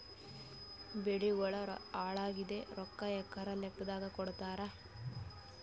ಬೆಳಿಗೋಳ ಹಾಳಾಗಿದ ರೊಕ್ಕಾ ಎಕರ ಲೆಕ್ಕಾದಾಗ ಕೊಡುತ್ತಾರ?